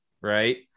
right